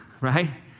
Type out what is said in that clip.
right